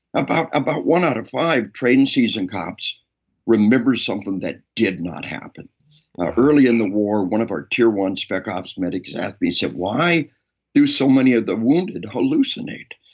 about about one out of five trained, seasoned cops remembers something that did not happen early in the war, one of our tier one spec ops medics asked me, said, why do so many of the wounded hallucinate?